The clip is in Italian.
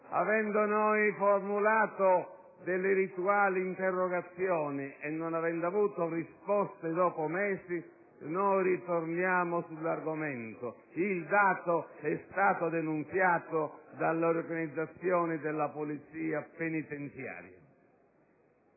Avendo noi formulato delle rituali interrogazioni e non avendo avuto risposte dopo mesi, torniamo sull'argomento. Il dato è stato denunziato dall'Organizzazione della polizia penitenziaria.